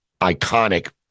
iconic